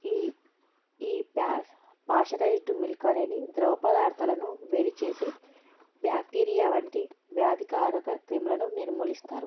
ఈ pasteurised milk అనేది ద్రవ పదార్థాలను వేడిచేసి బ్యాక్టీరియా వంటి వ్యాధికారక క్రిములను నిర్మూలిస్తారు